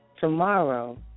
tomorrow